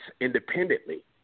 independently